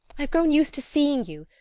i've grown used to seeing you,